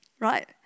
right